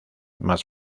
más